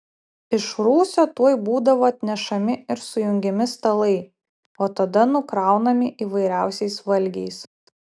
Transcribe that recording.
iš rūsio tuoj būdavo atnešami ir sujungiami stalai o tada nukraunami įvairiausiais valgiais